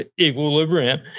equilibrium